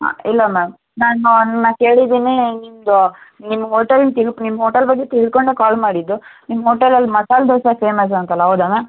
ಹಾಂ ಇಲ್ಲ ಮ್ಯಾಮ್ ನಾನು ಒಂದ್ಮಾತು ಹೇಳಿದ್ದೀನಿ ನಿಮ್ಮದು ನಿಮ್ಮ ಹೋಟೆಲಿನ ತಿಲ್ ನಿಮ್ಮ ಹೋಟೆಲ್ ಬಗ್ಗೆ ತಿಳ್ಕೊಂಡೆ ಕಾಲ್ ಮಾಡಿದ್ದು ನಿಮ್ಮ ಹೋಟೆಲಲ್ಲಿ ಮಸಾಲೆ ದೋಸೆ ಫೇಮಸ್ ಅಂತಲ್ಲ ಹೌದ ಮ್ಯಾಮ್